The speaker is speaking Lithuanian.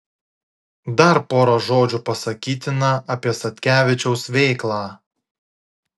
dar pora žodžių pasakytina apie statkevičiaus veiklą